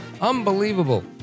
Unbelievable